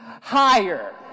higher